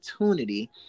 opportunity